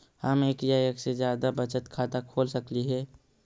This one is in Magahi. हम एक या एक से जादा बचत खाता खोल सकली हे?